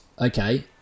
okay